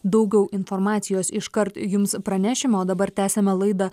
daugiau informacijos iškart jums pranešim o dabar tęsiame laidą